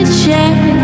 check